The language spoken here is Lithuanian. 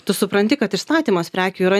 tu supranti kad išstatymas prekių yra